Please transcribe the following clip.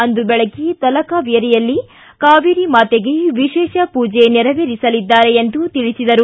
ಅಂದು ಬೆಳಗ್ಗೆ ತಲಕಾವೇರಿಯಲ್ಲಿ ಕಾವೇರಿ ಮಾತೆಗೆ ವಿಶೇಷ ಪೂಜೆ ನೆರವೇರಿಸಲಿದ್ದಾರೆ ಎಂದು ತಿಳಿಸಿದರು